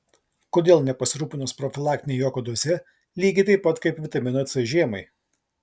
kodėl nepasirūpinus profilaktine juoko doze lygiai taip pat kaip vitaminu c žiemai